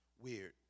weird